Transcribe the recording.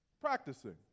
practicing